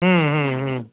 हं हं हं